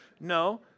No